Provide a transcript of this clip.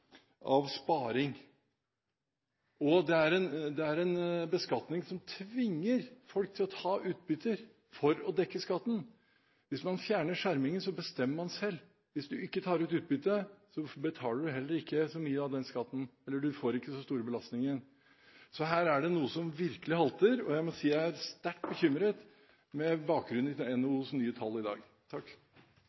sparing, og det er en beskatning som tvinger folk til å ta utbytter for å dekke skatten. Hvis man fjerner skjermingen, så bestemmer man selv. Hvis du ikke tar ut utbytte, betaler du heller ikke så mye av den skatten, eller du får ikke så store belastninger. Her er det noe som virkelig halter, og jeg må si at jeg er sterkt bekymret, med bakgrunn i NHOs nye tall i dag.